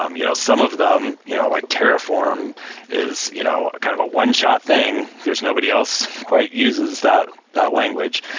um you know some of them you know like terraform is you know kind of a one shot thing. there's nobody else quite uses that that language.